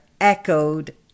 echoed